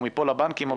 הוא מפה לבנקים,